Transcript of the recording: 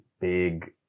big